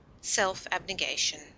Self-abnegation